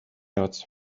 hotz